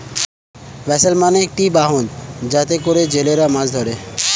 vessel মানে একটি বাহন যাতে করে জেলেরা মাছ ধরে